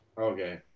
Okay